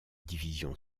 division